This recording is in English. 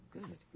Good